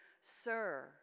Sir